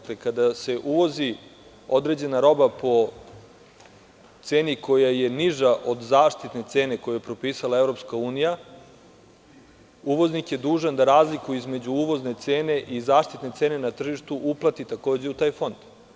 Kada se uvozi određena roba po ceni koja je niža od zaštitne cene koju je propisala EU, uvoznik je dužan da razliku između uvozne cene i zaštitne cene na tržištu uplati takođe u taj fond.